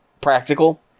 practical